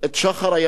שאפשר להגיד,